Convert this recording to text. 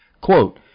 Quote